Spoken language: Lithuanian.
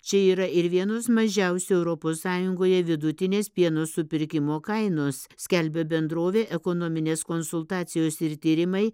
čia yra ir vienos mažiausių europos sąjungoje vidutinės pieno supirkimo kainos skelbia bendrovė ekonominės konsultacijos ir tyrimai